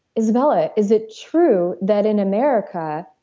izabella, is it true that in america,